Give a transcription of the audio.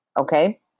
okay